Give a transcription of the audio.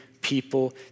people